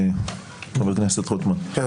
חבר הכנסת רוטמן -- כן,